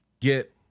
get